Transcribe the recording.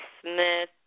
Smith